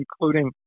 including